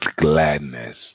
gladness